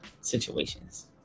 situations